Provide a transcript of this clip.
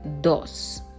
Dos